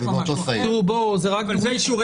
אז היה לי חשוב להתחיל במילים האלה.